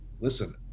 listen